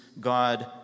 God